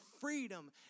freedom